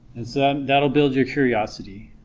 and so that'll build your curiosity